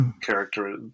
character